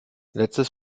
letztes